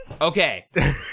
Okay